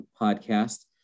podcast